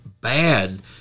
bad